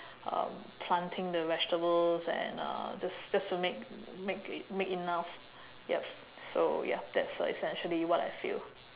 uh planting the vegetables and uh just just to make make make enough yup so ya that's uh essentially what I feel